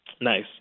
nice